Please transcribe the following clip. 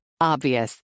Obvious